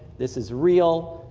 this is real,